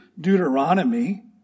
Deuteronomy